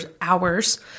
hours